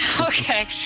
Okay